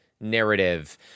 Narrative